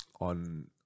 on